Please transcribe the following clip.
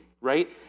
right